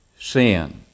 sin